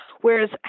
Whereas